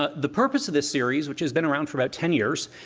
ah the purpose of this series, which has been around for about ten years,